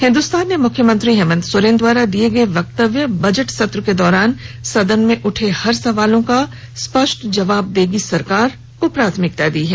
हिन्दुस्तान ने मुख्यमंत्री हेमंत सोरेन द्वारा दिये गए वक्तव्य बजट सत्र के दौरान सदन में उठे हर सवालों का स्पष्ट जवाब देगी सरकार को प्राथमिकता के साथ प्रकाशित किया है